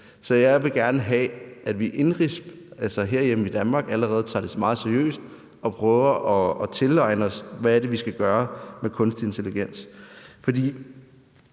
Så jeg vil gerne have, at vi herhjemme i Danmark allerede tager det meget seriøst og prøver at tilegne os, hvad det er, vi skal gøre med kunstig intelligens. For